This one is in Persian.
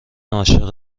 عاشق